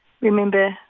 remember